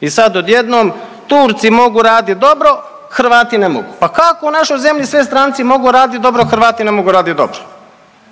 I sad odjednom Turci mogu raditi dobro, Hrvati ne mogu. Pa kako u našoj zemlji sve stranci mogu raditi dobro, a Hrvati ne mogu raditi dobro?